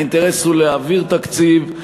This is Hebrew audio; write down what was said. האינטרס הוא להעביר תקציב,